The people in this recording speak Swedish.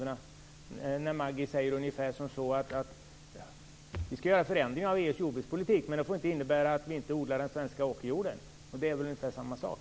Maggi Mikaelsson säger ju ungefär så här: Vi skall göra förändringar av EU:s jordbrukspolitik men det får inte innebära att vi inte odlar den svenska åkerjorden. Det är väl ungefär samma sak.